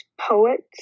poets